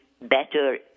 Better